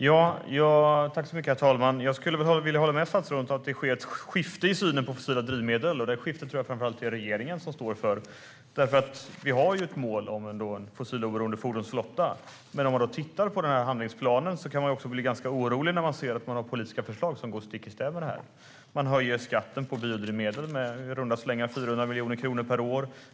Herr talman! Jag håller med statsrådet om att det sker ett skifte i synen på fossila drivmedel, och det skiftet är det nog framför allt regeringen som står för. Vi har ett mål om fossiloberoende fordonsflotta, men man kan bli orolig när det finns politiska förslag i handlingsplanen som går stick i stäv med detta. Man höjer skatten på biodrivmedel med i runda slängar 400 miljoner kronor per år.